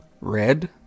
red